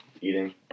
eating